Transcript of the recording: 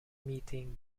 meeting